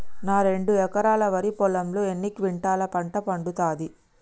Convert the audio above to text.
నా రెండు ఎకరాల వరి పొలంలో ఎన్ని క్వింటాలా పంట పండుతది?